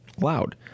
loud